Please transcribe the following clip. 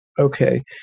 Okay